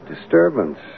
disturbance